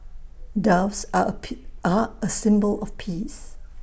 doves are are A symbol of peace